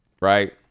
Right